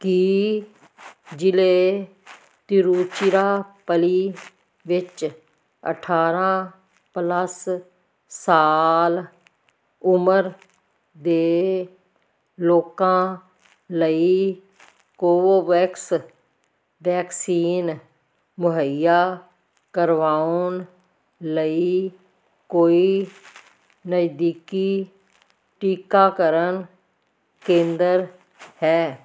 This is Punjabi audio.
ਕੀ ਜ਼ਿਲ੍ਹੇ ਤਿਰੁਚਿਰਾਪੱਲੀ ਵਿੱਚ ਅਠਾਰ੍ਹਾਂ ਪਲੱਸ ਸਾਲ ਉਮਰ ਦੇ ਲੋਕਾਂ ਲਈ ਕੋਵੋਵੈਕਸ ਵੈਕਸੀਨ ਮੁਹੱਈਆ ਕਰਵਾਉਣ ਲਈ ਕੋਈ ਨਜ਼ਦੀਕੀ ਟੀਕਾਕਰਨ ਕੇਂਦਰ ਹੈ